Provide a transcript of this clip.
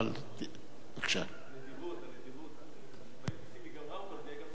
אני אדבר אם ישימו לי רמקול.